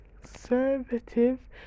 Conservative